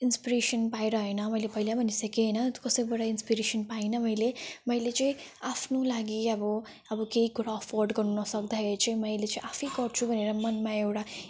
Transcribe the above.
inspiration पाएर होइन मैले पहिलै भनिसके होइन कसैबाट इन्स्पिरेसन पाइनँ मैले मैले चाहिँ आफ्नो लागि अब अब केही कुरा एफोर्ड गर्नु नसक्दाखेरि चाहिँ मैले चाहिँ आफै गर्छु भनेर मनमा एउटा